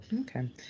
Okay